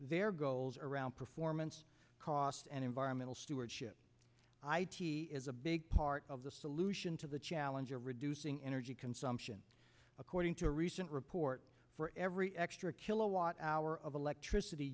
their goals around performance costs and environmental stewardship i t is a big part of the solution to the challenge of reducing energy consumption according to a recent report for every extra kilowatt hour of electricity